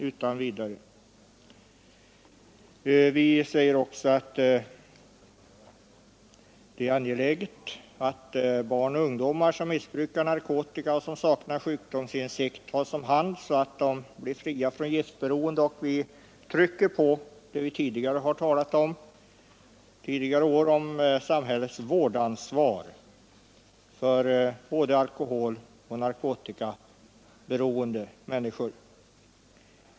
Vi säger i reservationen också att det är angeläget att barn och ungdom som missbrukar narkotika och som saknar sjukdomsinsikt tas om hand, så att de blir fria från giftberoende. Vi trycker på det vi talat om tidigare år att samhället har ansvar för vården av alkoholoch narkotikaberoende människor.